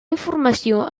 informació